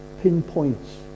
pinpoints